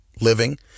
living